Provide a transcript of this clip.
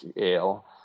ale